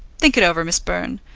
think it over, miss byrne.